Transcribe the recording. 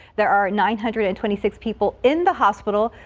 there are nine hundred and twenty six people in the hospital,